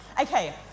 Okay